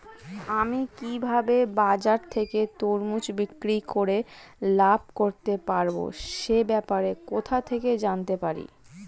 আমি কিভাবে বাজার থেকে তরমুজ বিক্রি করে লাভ করতে পারব সে ব্যাপারে কোথা থেকে জানতে পারি?